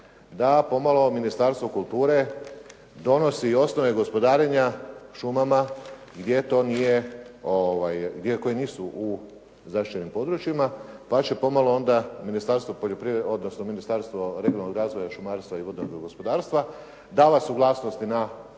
da pomalo Ministarstvo kulture donosi osnove gospodarenja šumama gdje to nije i koji nisu u zaštićenim područjima, pa će pomalo Ministarstvo regionalnog razvoj, šumarstva i vodnog gospodarstva davat suglasnosti na